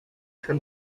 for